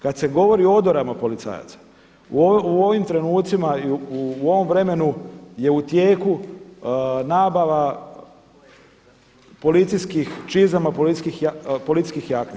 Kada se govori o odorama policajaca u ovim trenucima i u ovom vremenu je u tijeku nabava policijskih čizama, policijskih jakni.